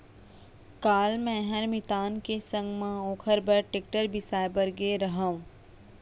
काल मैंहर मितान के संग म ओकर बर टेक्टर बिसाए बर गए रहव